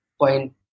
point